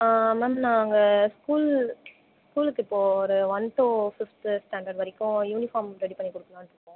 ma'am நாங்கள் school ஸ்கூலுக்கு இப்போ ஒரு ஒன் டூ ஃபிஃப்த்து ஸ்டாண்டர்ட் வரைக்கும் யூனிஃபார்ம் ரெடி பண்ணி கொடுக்கலாம்னு இருக்கோம்